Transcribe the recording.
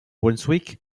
brunswick